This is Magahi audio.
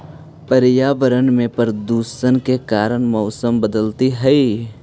पर्यावरण में प्रदूषण के कारण मौसम बदलित हई